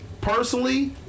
personally